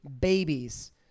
babies